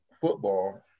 football